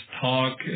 talk